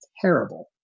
terrible